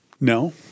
No